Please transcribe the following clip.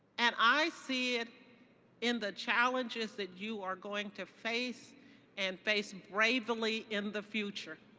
and i see it in the challenges that you are going to face and face bravely in the future.